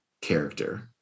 character